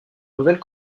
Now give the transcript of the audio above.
nouvelle